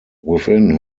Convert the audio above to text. within